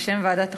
בשם ועדת החוקה,